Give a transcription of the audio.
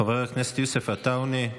חבר הכנסת יוסף עטאונה,